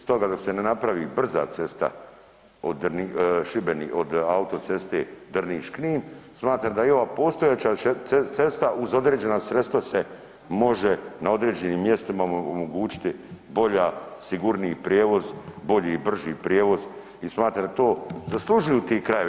Stoga dok se ne napravi brza cesta od autoceste Drniš-Knin smatram da je i ova postojeća cesta uz određena sredstva se može na određenim mjestima omogućiti bolja, sigurniji prijevoz, bolji, brži prijevoz i smatram da to zaslužuju ti krajevi.